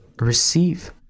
receive